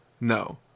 No